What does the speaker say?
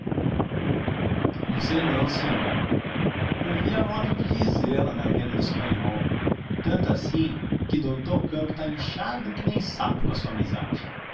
não sei não sinhô ouvi a modo de dizê lá na venda do espanhol tanto assim que doutô campo tá inchado que nem sapo com a sua amizade